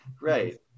right